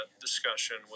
discussion